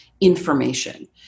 information